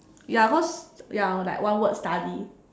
ya because ya like one word study